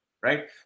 right